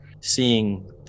seeing